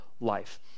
life